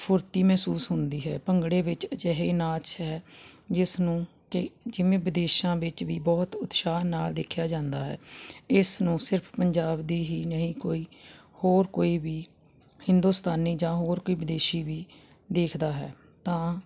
ਫੁਰਤੀ ਮਹਿਸੂਸ ਹੁੰਦੀ ਹੈ ਭੰਗੜੇ ਵਿੱਚ ਅਜਿਹੇ ਨਾਚ ਹੈ ਜਿਸ ਨੂੰ ਕਿ ਜਿਵੇਂ ਵਿਦੇਸ਼ਾਂ ਵਿੱਚ ਵੀ ਬਹੁਤ ਉਤਸ਼ਾਹ ਨਾਲ ਦੇਖਿਆ ਜਾਂਦਾ ਹੈ ਇਸ ਨੂੰ ਸਿਰਫ ਪੰਜਾਬ ਦੀ ਹੀ ਨਹੀਂ ਕੋਈ ਹੋਰ ਕੋਈ ਵੀ ਹਿੰਦੁਸਤਾਨੀ ਜਾਂ ਹੋਰ ਕੋਈ ਵਿਦੇਸ਼ੀ ਵੀ ਦੇਖਦਾ ਹੈ ਤਾਂ